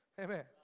Amen